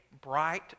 bright